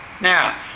Now